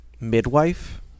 Midwife